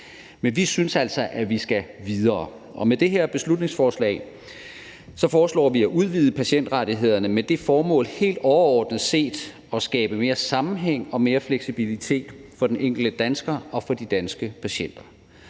Men vi synes altså, at vi skal videre, og med det her beslutningsforslag foreslår vi at udvide patientrettighederne med det formål helt overordnet set at skabe mere sammenhæng og mere fleksibilitet for den enkelte dansker og for de danske patienter.